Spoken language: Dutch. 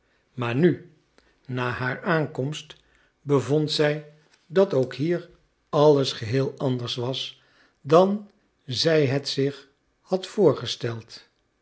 maar nu na haar aankomst bevond zij dat ook hier alles geheel anders was dan zij het zich had voorgesteld